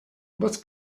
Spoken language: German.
was